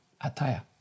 attire